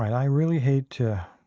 i really hate to